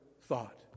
thought